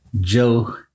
Joe